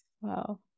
Wow